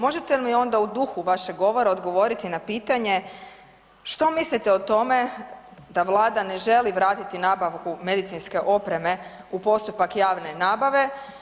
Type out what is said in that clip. Možete li mi onda u duhu vašeg govora odgovoriti na pitanje što mislite o tome da Vlada ne želi vratiti nabavku medicinske opreme u postupak javne nabave?